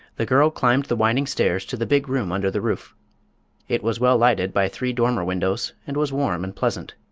the girl climbed the winding stairs to the big room under the roof it was well lighted by three dormer windows and was warm and pleasant.